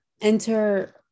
enter